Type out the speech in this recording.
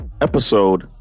episode